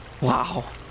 Wow